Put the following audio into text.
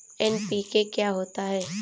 NPK क्या होता है?